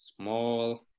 Small